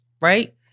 right